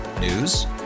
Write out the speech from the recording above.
News